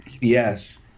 yes –